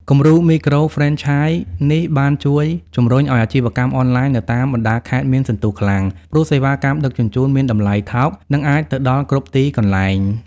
គំរូមីក្រូហ្វ្រេនឆាយនេះបានជួយជំរុញឱ្យអាជីវកម្មអនឡាញនៅតាមបណ្ដាខេត្តមានសន្ទុះខ្លាំង ព្រោះសេវាកម្មដឹកជញ្ជូនមានតម្លៃថោក និងអាចទៅដល់គ្រប់ទីកន្លែង។